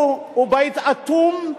הוא בית אטום?